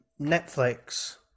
Netflix